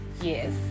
Yes